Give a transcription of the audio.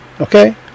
Okay